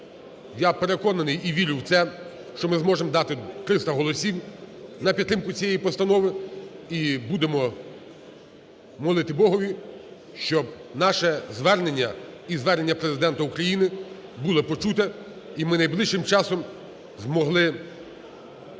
я переконаний і вірю в це, що ми зможемо дати 300 голосів на підтримку цієї постанови, і будемо молити Богові, щоб наше звернення і звернення Президента України було почуте, і ми найближчим часом змогли отримати